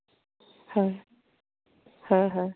হয় হয় হয়